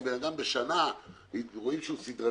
אם בן אדם בשנה רואים שהוא סדרתי,